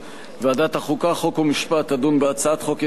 חוק ומשפט תדון בהצעת חוק-יסוד: נשיא המדינה (תיקון,